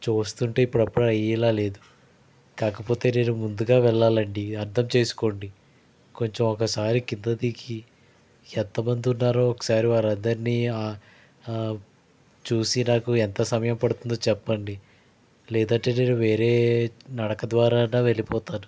చూస్తుంటే ఇప్పుడప్పుడే అయ్యేలాగా లేదు కాకపోతే నేను ముందుగా వెళ్ళాలండి అర్ధంచేసుకోండి కొంచెం ఒకసారి కింద దిగి ఎంతమంది ఉన్నారో ఒకసారి వారందరిని చూసి నాకు ఎంత సమయం పడుతుందో చెప్పండి లేదంటే నేను వేరే నడక ద్వారా అన్నా వెళ్ళిపోతాను